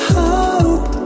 hope